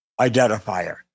identifier